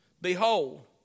Behold